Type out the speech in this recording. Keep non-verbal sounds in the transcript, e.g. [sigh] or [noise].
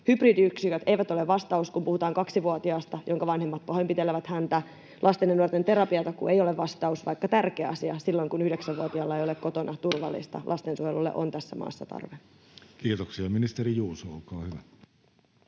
Hybridiyksiköt eivät ole vastaus, kun puhutaan kaksivuotiaasta, jonka vanhemmat pahoinpitelevät häntä. Lasten ja nuorten terapiatakuu ei ole vastaus — vaikka tärkeä asia — silloin, kun yhdeksänvuotiaalla ei ole kotona turvallista. [noise] Lastensuojelulle on tässä maassa tarve. [Speech 80] Speaker: Jussi Halla-aho